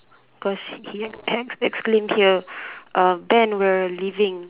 cause he exclaim here um Ben we are leaving